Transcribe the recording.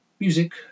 Music